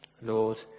Lord